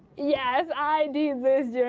yes i did this yeah